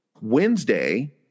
Wednesday